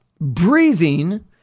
breathing